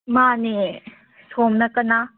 ꯃꯥꯅꯦ ꯁꯣꯝꯅ ꯀꯅꯥ